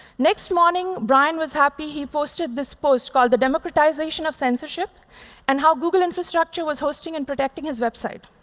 next morning, brian was happy. he posted this post, called the democratization of censorship and how google infrastructure was hosting and protecting his website.